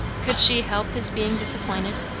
could she help his being disappointed?